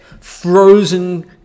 frozen